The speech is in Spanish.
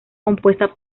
compuesta